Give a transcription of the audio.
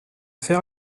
faire